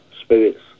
Spirits